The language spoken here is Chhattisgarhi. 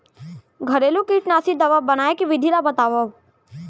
घरेलू कीटनाशी दवा बनाए के विधि ला बतावव?